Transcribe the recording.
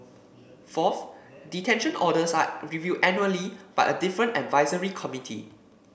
fourth detention orders are reviewed annually by a different advisory committee